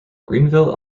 greenville